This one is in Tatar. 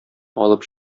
алып